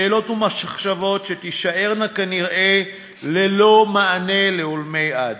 שאלות ומחשבות שתישארנה כנראה ללא מענה לעולמי עד.